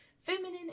feminine